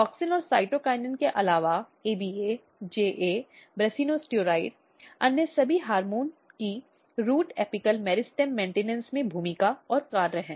auxin और cytokinin के अलावा ABA JA brassionosteroid अन्य सभी हार्मोनों की रूट एपिकल मेरिस्टेम रखरखाव में भूमिका और कार्य हैं